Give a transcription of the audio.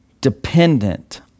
dependent